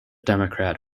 democrat